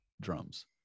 drums